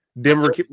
Denver